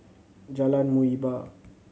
Jalan Muhibbah